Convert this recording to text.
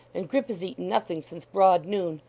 and grip has eaten nothing since broad noon.